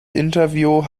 interview